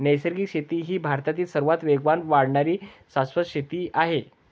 नैसर्गिक शेती ही भारतातील सर्वात वेगाने वाढणारी शाश्वत शेती पद्धत आहे